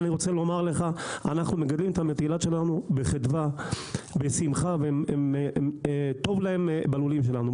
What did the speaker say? אנחנו מגדלים את המטילות שלנו בחדווה ובשמחה; טוב להן בלולים שלנו,